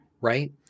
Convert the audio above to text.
right